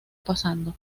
pasando